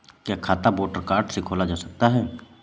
क्या खाता voter card से खोला जा सकता है?